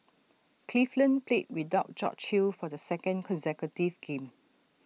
cleveland played without George hill for the second consecutive game